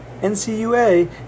NCUA